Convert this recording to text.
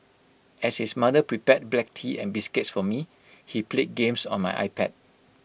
as his mother prepared black tea and biscuits for me he played games on my iPad